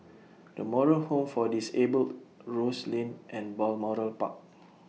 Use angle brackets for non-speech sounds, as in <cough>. The Moral Home For Disabled Rose Lane and Balmoral Park <noise>